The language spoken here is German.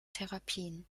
therapien